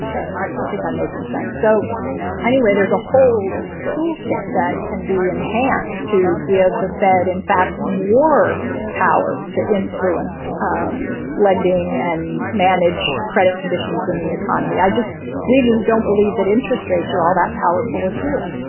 i think i'm making sense. so anyway, there's a whole toolkit that can be enhanced to give the fed, in fact, more power to influence um lending and manage credit conditions in the economy. i just we just don't believe that interest rates are all that powerful a tool.